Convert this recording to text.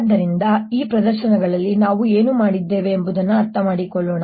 ಆದ್ದರಿಂದ ಈ ಪ್ರದರ್ಶನಗಳಲ್ಲಿ ನಾವು ಏನು ಮಾಡಿದ್ದೇವೆ ಎಂಬುದನ್ನು ಅರ್ಥಮಾಡಿಕೊಳ್ಳೋಣ